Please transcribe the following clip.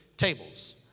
tables